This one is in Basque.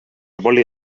boli